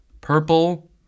Purple